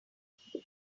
something